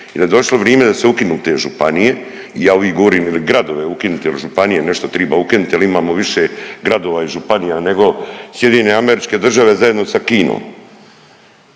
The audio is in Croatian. i da je došlo vrime da se ukinu te županije i ja uvijek govorim il gradove ukinite il županije, nešto triba ukinit jel imamo više gradova i županija nego SAD zajedno sa Kinom.